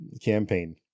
campaign